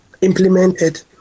implemented